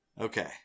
Okay